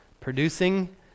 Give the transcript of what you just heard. producing